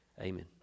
Amen